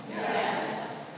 Yes